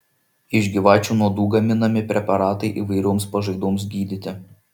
iš gyvačių nuodų gaminami preparatai įvairioms pažaidoms gydyti